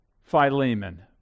Philemon